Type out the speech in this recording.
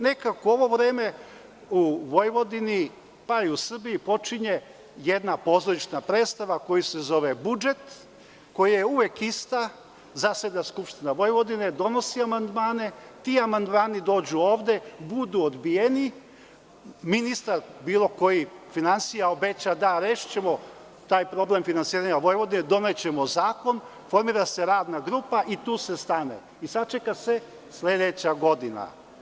Nekako, u ovo vreme u Vojvodini, pa i u Srbiji, počinje jedna pozorišna predstava koja se zove – budžet, koja je uvek ista, zaseda Skupština Vojvodine, donosi amandmane, ti amandmani dođu ovde, budu odbijeni, ministar finansija, bilo koji, obeća – da, rešićemo taj problem finansiranja Vojvodine, donećemo zakon, formira se radna grupa i tu se stane i sačeka se sledeća godina.